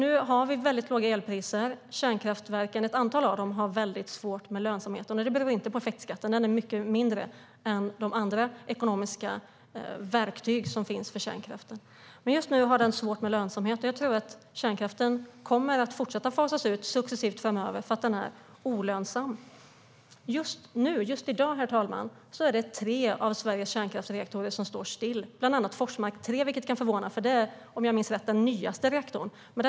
Nu har vi väldigt låga elpriser, och ett antal kärnkraftverk har svårt med lönsamheten. Det beror inte på effektskatten, för den är mycket mindre än de andra ekonomiska verktyg som finns för kärnkraften. Kärnkraften har svårt med lönsamheten. Jag tror att kärnkraften kommer att fortsätta att fasas ut framöver för att den är olönsam. Herr talman! Just nu står tre av Sveriges kärnkraftsreaktorer still. Det gäller bland annat Forsmark 3, vilket kan förvåna eftersom det är den nyaste reaktorn, om jag minns rätt.